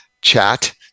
chat